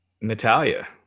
Natalia